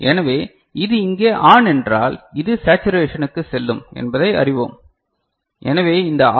எனவே இது இங்கே ஆன் என்றால் இது சேச்சுரேஷனுக்கு செல்லும் என்பதை அறிவோம் எனவே இந்த ஆர்